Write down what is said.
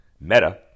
Meta